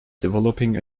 developing